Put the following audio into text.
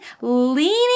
leaning